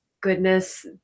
goodness